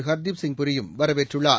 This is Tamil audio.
ஹர்தீப்சிங் பூரியும் வரவேற்றுள்ளார்